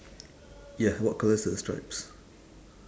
ya what colour is the stripes